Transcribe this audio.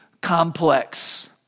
complex